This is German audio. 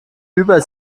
über